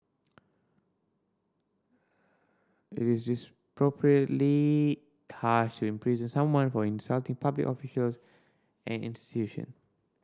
it is harsh to imprison someone for insulting public officials and institution